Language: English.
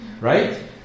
right